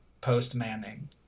post-manning